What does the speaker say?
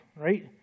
right